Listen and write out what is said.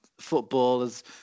footballer's